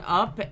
up